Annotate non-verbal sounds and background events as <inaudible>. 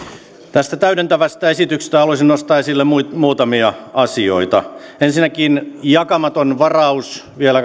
tästä täydentävästä esityksestä haluaisin nostaa esille muutamia asioita ensinnäkin jakamaton varaus vielä <unintelligible>